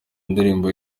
ndirimbo